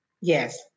Yes